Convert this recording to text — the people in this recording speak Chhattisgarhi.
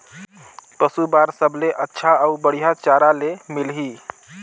पशु बार सबले अच्छा अउ बढ़िया चारा ले मिलही?